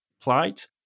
flight